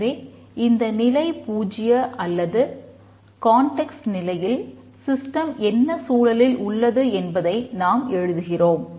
எனவே இந்த நிலை 0 அல்லது கான்டெக்ஸ்ட் என்ன சூழலில் உள்ளது என்பதை நாம் எழுதுகிறோம்